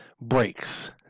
breaks